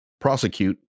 prosecute